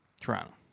Toronto